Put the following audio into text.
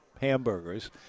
hamburgers